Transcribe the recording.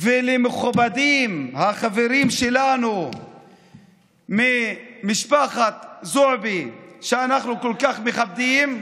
ולמכובדים החברים שלנו ממשפחת זועבי שאנחנו כל כך מכבדים.